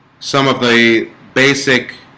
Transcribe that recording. some of the basic